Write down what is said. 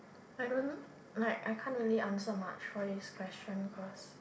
I don't like I can't really answer much for this question because